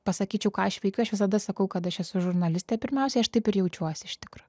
pasakyčiau ką aš veikiu aš visada sakau kad aš esu žurnalistė pirmiausiai aš taip ir jaučiuosi iš tikro